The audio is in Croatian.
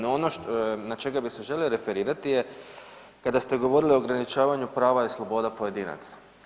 No ono na čega bi se želio referirati je kada ste govorili o ograničavanju prava i sloboda pojedinaca.